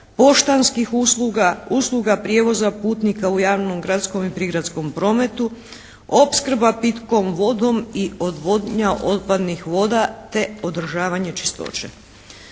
poštanskih usluga, usluga prijevoza putnika u javnom, gradskom i prigradskom prometu, opskrba pitkom vodom i odvodnja otpadnih voda te održavanje čistoće.